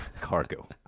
Cargo